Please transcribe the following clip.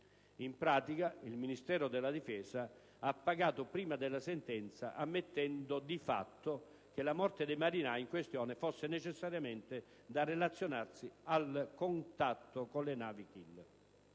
In pratica, il Ministero della difesa ha pagato prima della sentenza, ammettendo di fatto che la morte dei marinai in questione fosse necessariamente da relazionarsi al contatto con le navi